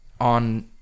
on